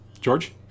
George